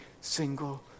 single